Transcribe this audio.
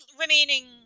remaining